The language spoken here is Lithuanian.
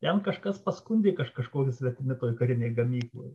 jam kažkas paskundė kad kažkokie svetimi toje karinėje gamykloje